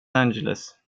angeles